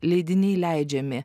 leidiniai leidžiami